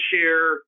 share